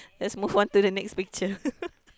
let's move on to the next picture